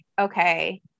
okay